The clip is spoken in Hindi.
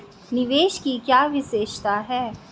निवेश की क्या विशेषता है?